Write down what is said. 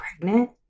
pregnant